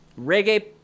reggae